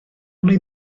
wnei